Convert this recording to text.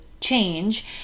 change